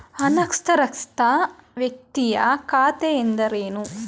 ಅನಕ್ಷರಸ್ಥ ವ್ಯಕ್ತಿಯ ಖಾತೆ ಎಂದರೇನು?